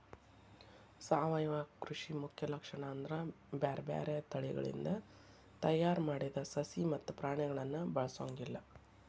ಸಾವಯವ ಕೃಷಿ ಮುಖ್ಯ ಲಕ್ಷಣ ಅಂದ್ರ ಬ್ಯಾರ್ಬ್ಯಾರೇ ತಳಿಗಳಿಂದ ತಯಾರ್ ಮಾಡಿದ ಸಸಿ ಮತ್ತ ಪ್ರಾಣಿಗಳನ್ನ ಬಳಸೊಂಗಿಲ್ಲ